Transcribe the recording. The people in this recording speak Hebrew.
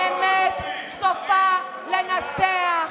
האמת סופה לנצח.